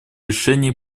решения